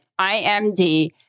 IMD